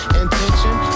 intention